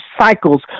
cycles